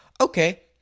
Okay